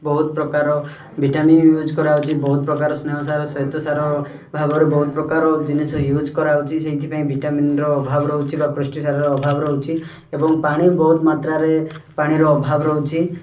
ବହୁତ ପ୍ରକାର vitamin use କରାଯାଉଛି ବହୁତ ପ୍ରକାର ସ୍ନେହସାର ଶ୍ଵେତସାର ଭାବରେ ବହୁତ ପ୍ରକାର ଜିନିଷ ୟୁଜ୍ କରାଯାଉଛି ସେଥିପାଇଁ ଭିଟାମିନ୍ର ଅଭାବ ରହୁଛି ବା ପୁଷ୍ଟିସାରର ଅଭାବ ରହୁଛି ଏବଂ ପାଣି ବହୁତ ମାତ୍ରାରେ ପାଣିର ଅଭାବ ରହୁଛି